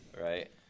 right